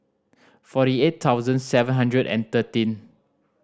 eighty four thousand seven hundred and thirteen